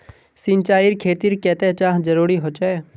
सिंचाईर खेतिर केते चाँह जरुरी होचे?